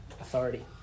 authority